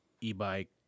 e-bike